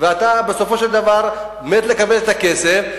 ואתה בסופו של דבר מת לקבל את הכסף,